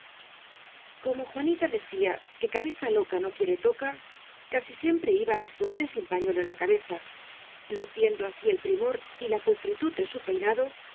como juanita decía que cabeza loca no quiere toca casi siempre iba á la fuente sin pañuelo en la cabeza luciendo así el primor y la pulcritud de su peinado